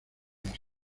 las